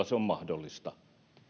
se on mahdollista